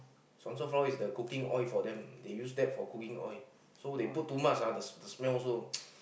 Suanso flower is the cooking oil for them they use that for cooking oil so they put too much ah the the smell also